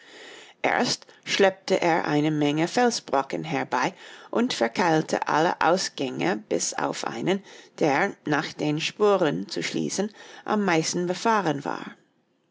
erst schleppte er eine menge felsbrocken herbei und verkeilte alle ausgänge bis auf einen der nach den spuren zu schließen am meisten befahren war